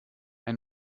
ein